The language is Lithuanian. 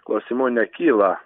klausimų nekyla